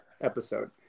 episode